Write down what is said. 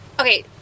Okay